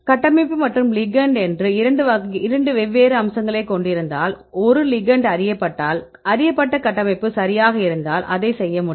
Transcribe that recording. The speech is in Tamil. கட்டமைப்பு மற்றும் லிகெெண்ட் என்று இரண்டு வெவ்வேறு அம்சங்களைக் கொண்டிருந்தால் ஒரு லிகெெண்ட் அறியப்பட்டால் அறியப்பட்ட கட்டமைப்பு சரியாக இருந்தால் அதைச் செய்ய முடியும்